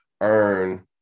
earn